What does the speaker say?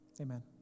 Amen